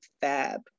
fab